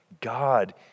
God